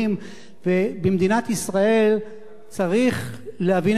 ובמדינת ישראל צריך להבין את המשמעויות,